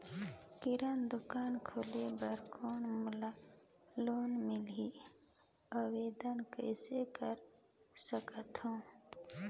किराना दुकान खोले बर कौन मोला लोन मिलही? आवेदन कइसे कर सकथव?